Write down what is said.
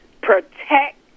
protect